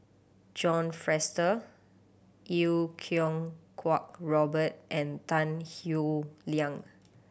John Fraser Iau Kuo Kwong Robert and Tan Howe Liang